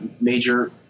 major